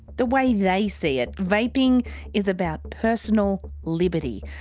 the way they see it, vaping is about personal liberty.